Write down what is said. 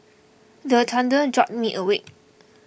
the thunder jolt me awake